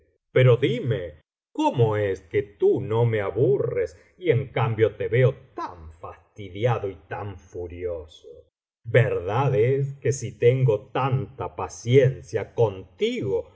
pero dime cómo es que tú no me aburres y en cambio te veo tan fastidiado y tan furioso verdad es que si tengo tanta paciencia contigo